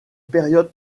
période